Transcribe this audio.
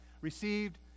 Received